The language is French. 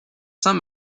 saint